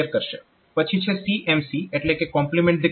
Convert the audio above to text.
પછી છે CMC એટલે કે કોમ્પ્લીમેન્ટ ધ કેરી